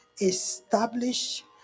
establish